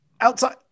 outside